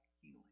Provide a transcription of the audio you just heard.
healing